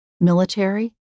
military